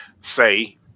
say